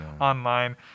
online